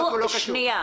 קשור.